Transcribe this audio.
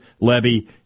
Levy